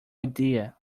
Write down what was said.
idea